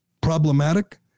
problematic